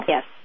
Yes